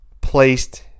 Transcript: placed